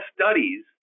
studies